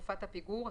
וריביתלתקופת הפיגור,